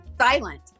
silent